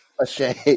ashamed